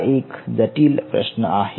हा एक जटील प्रश्न आहे